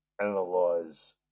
analyze